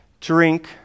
drink